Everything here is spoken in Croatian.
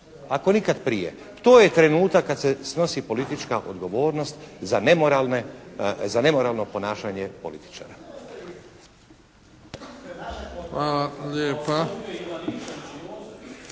Ako nikad prije to je trenutak kada se snosi politička odgovornost za nemoralno ponašanje političara.